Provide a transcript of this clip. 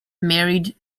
married